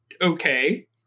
okay